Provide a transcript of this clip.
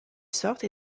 sorte